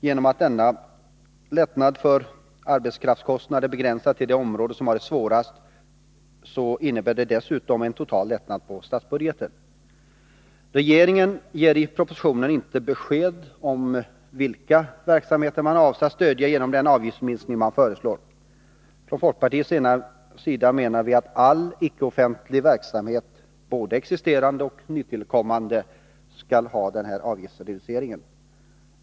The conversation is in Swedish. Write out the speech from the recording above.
Genom att denna lättnad för arbetskraftskostnaden begränsas till de områden som har det svårast innebär det dessutom totalt en lättnad på statsbudgeten. Regeringen ger i propositionen inte besked om vilka verksamheter man avser att stödja genom den avgiftsminskning man föreslår. Från folkpartiets sida menar vi att all icke-offentlig verksamhet, både existerande och nytillkommande, skall ha den här avgiftsreduceringen.